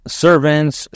servants